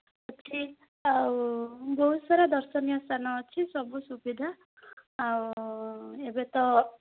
ଅଛି ଆଉ ବହୁତ ସାରା ଦର୍ଶନୀୟ ସ୍ଥାନ ଅଛି ସବୁ ସୁବିଧା ଆଉ ଏବେ ତ